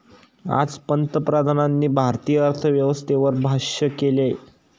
आज पंतप्रधानांनी भारतीय अर्थव्यवस्थेवर भाष्य केलं